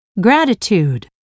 gratitude